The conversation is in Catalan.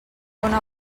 una